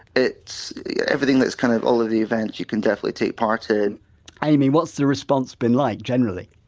it's everything that's kind of all of the events you can definitely take part in amy, what's the response been like generally?